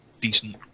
decent